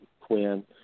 Quinn